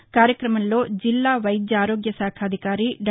ఈ కార్యక్రమంలో జిల్లా వైద్య ఆరోగ్య శాఖాధికారి డా